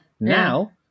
Now